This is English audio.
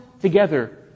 together